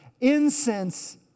incense